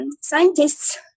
scientists